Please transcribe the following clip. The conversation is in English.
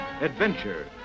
adventure